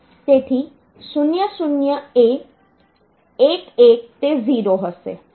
તેથી 0 0 A 11 તે 0 હશે